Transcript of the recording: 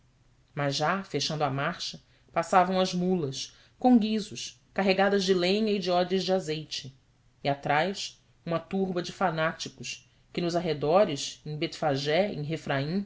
mas já fechando a marcha passavam as mulas com guizos carregadas de lenha e de odres de azeite e atrás uma turba de fanáticos que nos arredores em